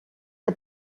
que